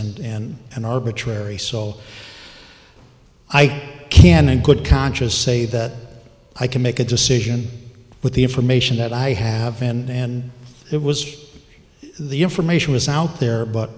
and an arbitrary so i can in good conscious say that i can make a decision with the information that i have and it was the information was out there but